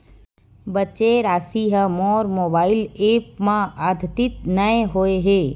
बचे राशि हा मोर मोबाइल ऐप मा आद्यतित नै होए हे